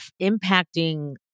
impacting